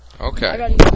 Okay